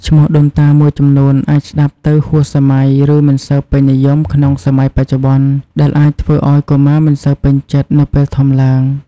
ឈ្មោះដូនតាមួយចំនួនអាចស្តាប់ទៅហួសសម័យ ឬមិនសូវពេញនិយមក្នុងសម័យបច្ចុប្បន្ន ដែលអាចធ្វើឱ្យកុមារមិនសូវពេញចិត្តនៅពេលធំឡើង។